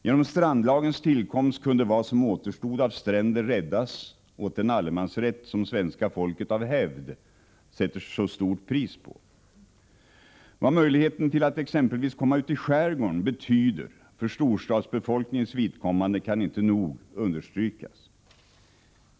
Genom strandlagens tillkomst kunde vad som återstod av stränder räddas åt den allemansrätt som svenska folket av hävd sätter så stort pris på. Vad möjligheten att exempelvis komma ut i skärgården betyder för storstadsbefolkningens vidkommande kan inte nog understrykas.